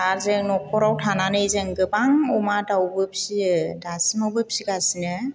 आरो जों न'खराव थानानै जों गोबां अमा दाउबो फिसियो दासिमावबो फिसिगासिनो